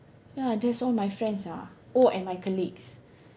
ya that's all my friends sia oh and my colleagues